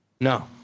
No